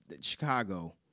Chicago